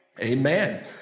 Amen